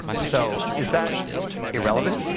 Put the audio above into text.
so is that irrelevant?